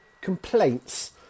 complaints